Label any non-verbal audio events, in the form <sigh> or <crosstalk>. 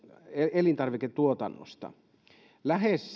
elintarviketuotannosta lähes <unintelligible>